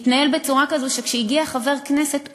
התנהל בצורה כזאת שכשהגיע חבר כנסת,